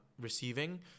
receiving